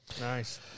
Nice